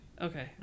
Okay